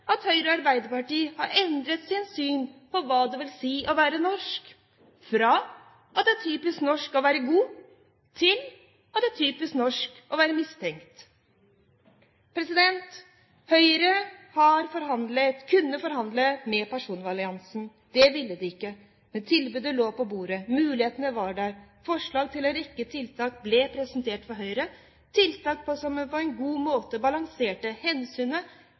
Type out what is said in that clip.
at Høyre og Arbeiderpartiet har endret sitt syn på hva det vil si å være norsk – fra at det er typisk norsk å være god, til at det er typisk norsk å være mistenkt. Høyre kunne forhandlet med personvernalliansen. Det ville de ikke. Men tilbudet lå på bordet; muligheten var der. Forslag til en rekke tiltak ble presentert for Høyre, tiltak som på en god måte balanserte hensynet